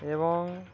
ଏବଂ